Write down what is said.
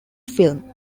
film